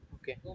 Okay